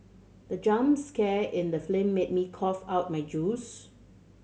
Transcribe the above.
the jump scare in the film made me cough out my juice